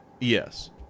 Yes